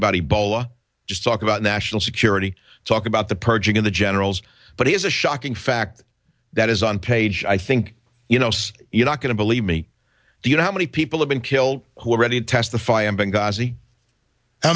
about ebola just talk about national security talk about the purging of the generals but it is a shocking fact that is on page i think you know you're not going to believe me do you know how many people have been killed who are ready to testify on